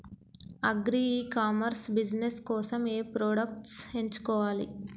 Agri e commerce business కోసము ఏ products ఎంచుకోవాలి?